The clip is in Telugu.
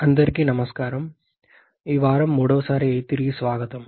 అందరికీ నమస్కారం ఈ వారం మూడవసారి తిరిగి స్వాగతం